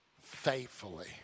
faithfully